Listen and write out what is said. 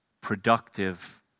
productive